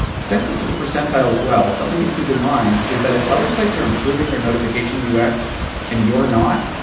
since this is a percentile as well, something to keep in mind is that if other sites are improving their notification ux and you're not,